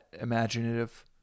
imaginative